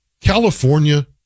California